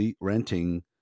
renting